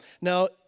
Now